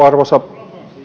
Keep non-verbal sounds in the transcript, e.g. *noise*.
*unintelligible* arvoisa